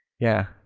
yeah,